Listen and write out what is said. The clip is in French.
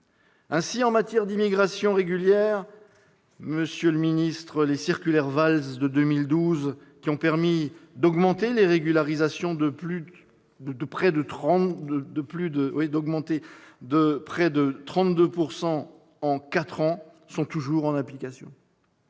Ainsi, en matière d'immigration régulière, les circulaires Valls de 2012, qui ont permis d'augmenter les régularisations de près de 32 % en quatre ans, sont toujours en application.